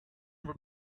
were